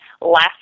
last